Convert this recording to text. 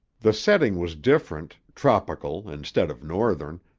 the setting was different, tropical instead of northern,